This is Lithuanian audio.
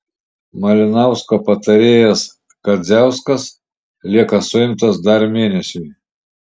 malinausko patarėjas kadziauskas lieka suimtas dar mėnesiui